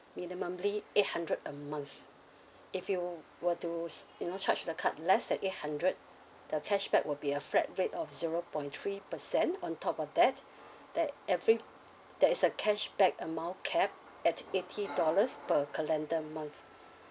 minimally eight hundred a month if you were to sp~ you know charge the card less than eight hundred the cashback will be a flat rate of zero point three percent on top of that that every there is a cashback amount cap at eighty dollars per calendar month